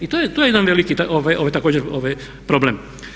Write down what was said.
I to je jedan veliki također problem.